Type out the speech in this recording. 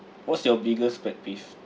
what's your biggest pet peeve